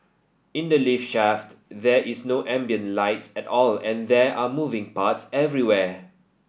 in the lift shaft there is no ambient light at all and there are moving parts everywhere